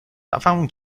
خفهمون